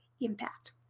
impact